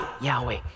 Yahweh